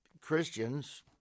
Christians